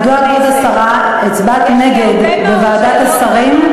מדוע, כבוד השרה, הצבעת נגד בוועדת השרים.